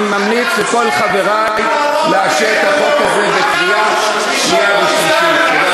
אני ממליץ לכל חברי לאשר את החוק הזה בקריאה שנייה ושלישית.